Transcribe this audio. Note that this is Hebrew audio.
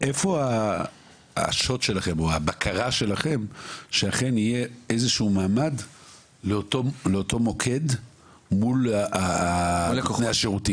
איפה הבקרה שלכם שאכן יהיה איזשהו מעמד לאותו מוקד מול הרשות?